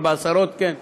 אבל בעשרות כן,